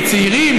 לצעירים,